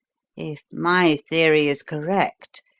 if my theory is correct,